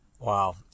Wow